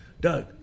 Doug